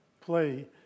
play